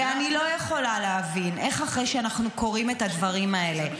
ואני לא יכולה להבין איך אחרי שאנחנו קוראים את הדברים האלה,